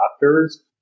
doctors